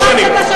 שלוש שנים.